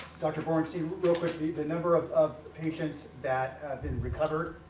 dr. borenstein real quick, the number of of patients that have been recovered,